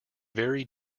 very